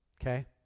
Okay